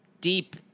deep